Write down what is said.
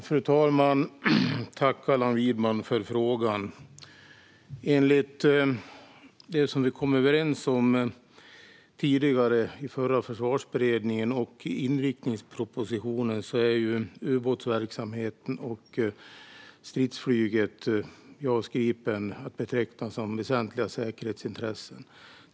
Fru talman! Tack för frågan, Allan Widman! Enligt det vi kom överens om i förra Försvarsberedningen och i inriktningspropositionen är ubåtsverksamheten och stridsflyget, JAS Gripen, att beteckna som väsentliga säkerhetsintressen.